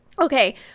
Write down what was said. okay